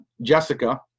Jessica